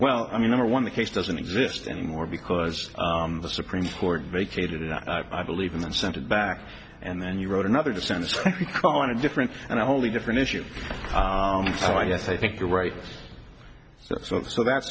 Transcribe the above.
well i mean number one the case doesn't exist anymore because the supreme court vacated it i believe in and sent it back and then you wrote another descends on a different and a wholly different issue so i guess i think you're right so the so that's